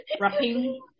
Wrapping